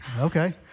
okay